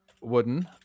Wooden